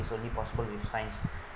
is only possible with science